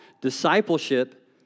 Discipleship